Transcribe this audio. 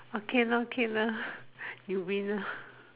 okay lor okay lor you win lor